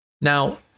Now